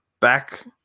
back